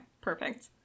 perfect